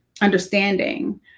understanding